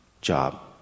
job